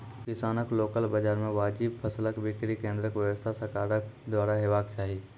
किसानक लोकल बाजार मे वाजिब फसलक बिक्री केन्द्रक व्यवस्था सरकारक द्वारा हेवाक चाही?